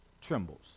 trembles